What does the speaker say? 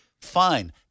fine